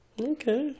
Okay